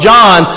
John